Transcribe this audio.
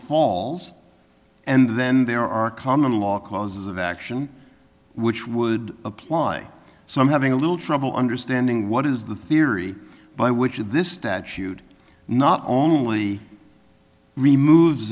falls and then there are common law causes of action which would apply so i'm having a little trouble understanding what is the theory by which of this statute not only removes